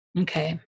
Okay